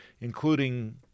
including